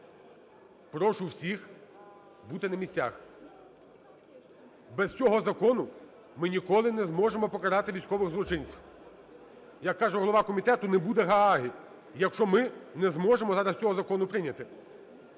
прошу всіх бути на місцях. Без цього закону ми ніколи не зможемо покарати військових злочинців. Як каже голова комітету, не буде Гааги, якщо ми не зможемо зараз цього закону прийняти.